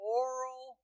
oral